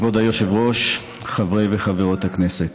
כבוד היושב-ראש, חברי וחברות הכנסת,